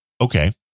Okay